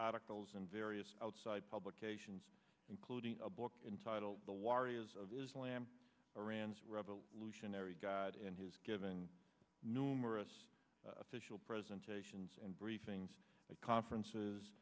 articles in various outside publications including a book entitled the warriors of is lamb rand's revolutionary god and his given numerous official presentations and briefings at conferences